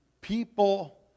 people